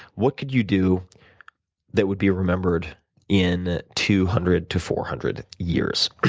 what could you do that would be remembered in two hundred to four hundred years?